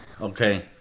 okay